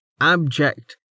abject